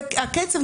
הקצב,